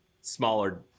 smaller